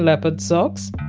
leopard socks.